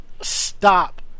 Stop